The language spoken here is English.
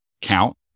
count